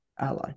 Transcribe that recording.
ally